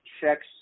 checks